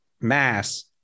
mass